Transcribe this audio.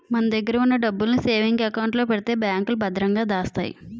మన దగ్గర ఉన్న డబ్బుల్ని సేవింగ్ అకౌంట్ లో పెడితే బ్యాంకులో భద్రంగా దాస్తాయి